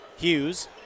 Hughes